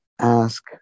ask